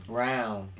Brown